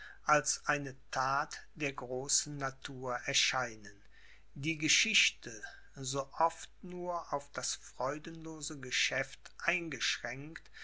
als eine that der großen natur erscheinen die geschichte so oft nur auf das freudenlose geschäft eingeschränkt